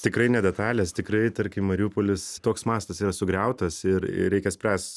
tikrai ne detalės tikrai tarkim mariupolis toks mastas yra sugriautas ir ir reikia spręs